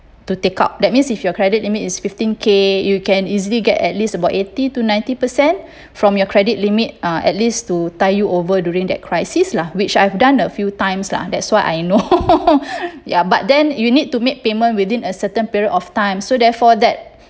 to take out that means if your credit limit is fifteen K you can easily get at least about eighty to ninety percent from your credit limit uh at least to tide you over during that crisis lah which I've done a few times lah that's why I know ya but then you need to make payment within a certain period of time so therefore that